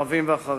הערבים והחרדים.